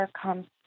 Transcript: comes